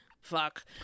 fuck